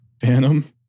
Phantom